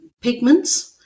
pigments